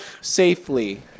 safely